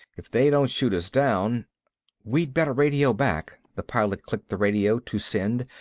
if they don't shoot us down we better radio back. the pilot clicked the radio to send.